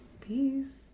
peace